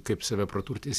kaip save praturtins